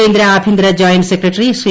കേന്ദ്ര ആഭ്യന്തര joint secretary Shri